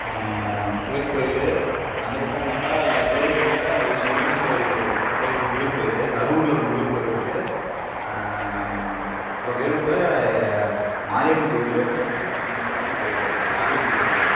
சிவன் கோயில் அந்தப் பக்கம் பார்த்தா வேலூரில் ஒரு முருகன் கோவில் இருக்குது தத்தகிரி முருகன் கோயில் கரூரில் முருகன் கோவில் இருக்குது அப்புறம் வேலூரில் மாரியம்மன் கோயில் ரொம்ப ஃபேமஸான கோயில் மாரியம்மன் கோயில்